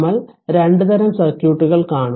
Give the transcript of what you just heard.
നമ്മൾ 2 തരം സർക്യൂട്ടുകൾ കാണും